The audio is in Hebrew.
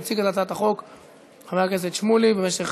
מציג את